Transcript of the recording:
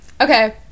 Okay